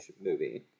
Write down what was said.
movie